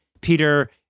Peter